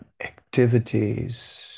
activities